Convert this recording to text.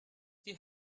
die